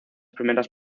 primeras